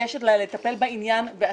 לגשת לטפל בעניין עצמו.